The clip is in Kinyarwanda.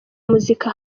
muzika